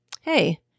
hey